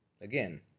again